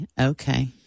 Okay